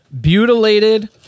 butylated